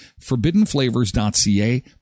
Forbiddenflavors.ca